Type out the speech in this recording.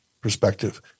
perspective